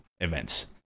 events